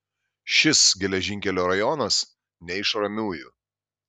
šis geležinkelio rajonas ne iš ramiųjų